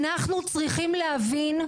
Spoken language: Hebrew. אנחנו צריכים להבין,